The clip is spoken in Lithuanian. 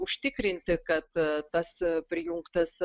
užtikrinti kad tas prijungtas